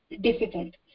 difficult